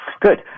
Good